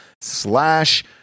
slash